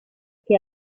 que